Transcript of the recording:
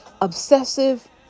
obsessive